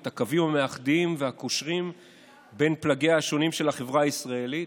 ואת הקווים המאחדים והקושרים בין פלגיה השונים של החברה הישראלית.